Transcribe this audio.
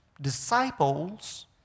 Disciples